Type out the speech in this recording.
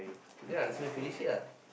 ya so finish it ah